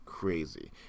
Crazy